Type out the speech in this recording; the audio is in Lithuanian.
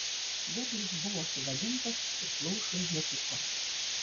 derlius buvo sugadintas ir plaušui netiko